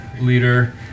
leader